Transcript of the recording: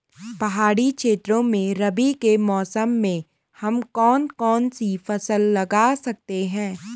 पहाड़ी क्षेत्रों में रबी के मौसम में हम कौन कौन सी फसल लगा सकते हैं?